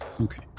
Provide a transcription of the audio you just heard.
Okay